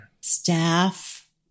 Staff